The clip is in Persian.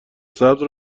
سبز